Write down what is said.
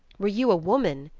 were you a woman,